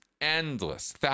endless